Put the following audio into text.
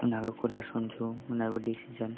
उनीहरूको कुरा सुन्छु उनीहरूको डिसिसन